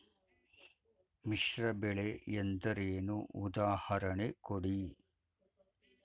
ಮಿಶ್ರ ಬೆಳೆ ಎಂದರೇನು, ಉದಾಹರಣೆ ಕೊಡಿ?